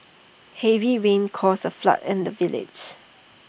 heavy rains caused A flood in the village